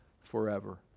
forever